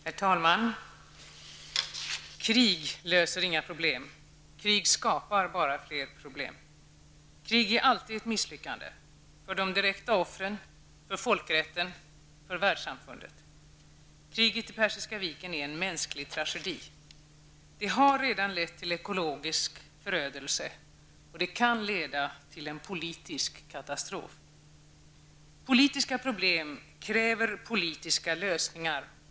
Herr talman! Krig löser inga problem. Krig skapar bara fler problem. Krig är alltid ett misslyckande -- för de direkta offren, för folkrätten, för världssamfundet. Kriget i Persiska viken är en mänsklig tragedi. Det har redan lett till ekologisk förödelse. Det kan leda till en politisk katastrof. Politiska problem kräver politiska lösningar.